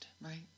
Right